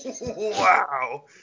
Wow